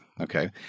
okay